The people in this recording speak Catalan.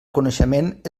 coneixement